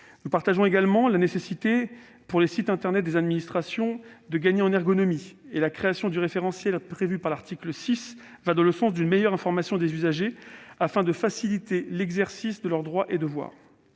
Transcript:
Nous partageons également le constat sur la nécessité pour les sites internet des administrations de gagner en ergonomie. La création du référentiel, prévue à l'article 6, va dans le sens d'une meilleure information des usagers afin de faciliter l'exercice de leurs droits et devoirs.